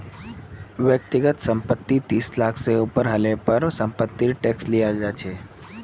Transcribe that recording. व्यक्तिगत संपत्ति तीस लाख से ऊपर हले पर समपत्तिर टैक्स लियाल जा छे